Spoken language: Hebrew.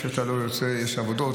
איפה שאתה לא יוצא יש עבודות,